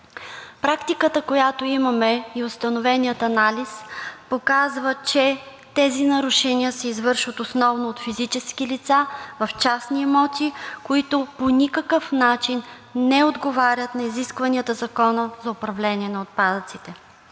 Практиката, която имаме, и установеният анализ показват, че тези нарушения се извършват основно от физически лица в частни имоти, които по никакъв начин не отговарят на изискванията на Закона за управление на отпадъците.